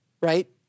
right